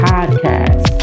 Podcast